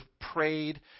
prayed